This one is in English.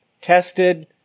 tested